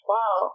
Wow